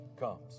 comes